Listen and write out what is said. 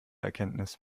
erkenntnis